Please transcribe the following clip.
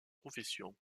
professions